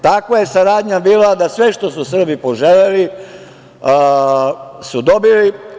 Takva je saradnja bila da sve što su Srbi poželeli su i dobili.